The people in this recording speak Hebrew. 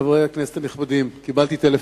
חברי הכנסת הנכבדים, קיבלתי טלפון,